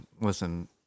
listen